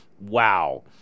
wow